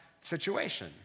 situation